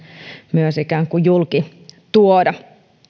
myös julki tuoda